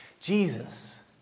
Jesus